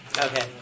Okay